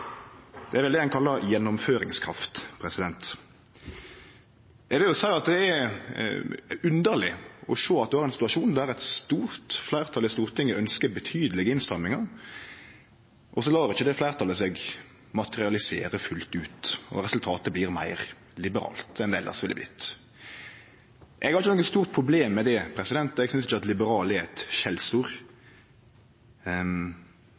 Det er vel det ein kallar gjennomføringskraft. Eg vil seie at det er underleg å sjå at ein har ein situasjon der eit stort fleirtal i Stortinget ønskjer betydelege innstrammingar, og så lèt ikkje det fleirtalet seg materialisere fullt ut, og resultatet blir meir liberalt enn det elles ville vorte. Eg har ikkje noko stort problem med det, eg synest ikkje at «liberalt» er eit